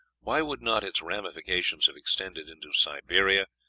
why would not its ramifications have extended into siberia,